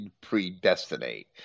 predestinate